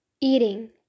eating